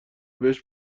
بهش